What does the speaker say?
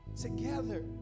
together